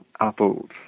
Apple's